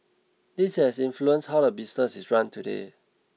this has influenced how the business is run today